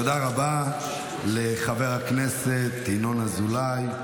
תודה רבה לחבר הכנסת ינון אזולאי.